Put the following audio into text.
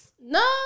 No